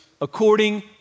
according